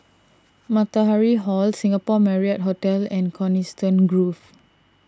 Matahari Hall Singapore Marriott Hotel and Coniston Grove